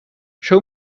show